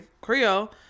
Creole